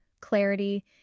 clarity